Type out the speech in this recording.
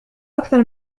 أكثر